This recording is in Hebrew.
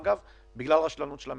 אגב בגלל רשלנות של המדינה,